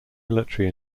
military